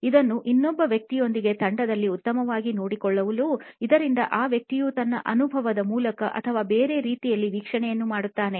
ಇದನ್ನು ಇನ್ನೊಬ್ಬ ವ್ಯಕ್ತಿಯೊಂದಿಗೆ ತಂಡದಲ್ಲಿ ಉತ್ತಮವಾಗಿ ನೋಡಿಕೊಳ್ಳಲು ಇದರಿಂದಾಗಿ ಆ ವ್ಯಕ್ತಿಯು ತನ್ನ ಅನುಭವದ ಮೂಲಕ ಅಥವಾ ಬೇರೆ ರೀತಿಯಲ್ಲಿ ವೀಕ್ಷಣೆಯನ್ನು ಮಾಡುತ್ತಾನೆ